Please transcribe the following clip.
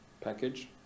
Package